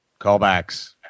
Callbacks